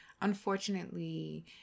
unfortunately